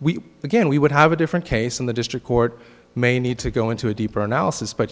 we again we would have a different case in the district court may need to go into a deeper analysis but